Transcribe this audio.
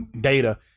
data